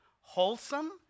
wholesome